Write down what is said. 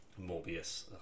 morbius